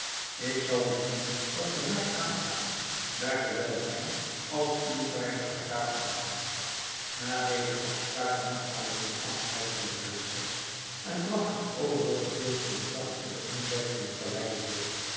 ik zal dus doen wat gij mij aanraadt daar zoowel mijn als uw veiligheid daarvan afhangt na deze afspraak nam aladdin afscheid van de prinses en bracht het overige deel van den dag in den omtrek van het paleis door